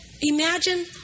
Imagine